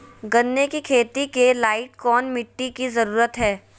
गन्ने की खेती के लाइट कौन मिट्टी की जरूरत है?